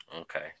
Okay